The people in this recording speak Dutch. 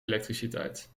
elektriciteit